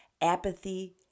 apathy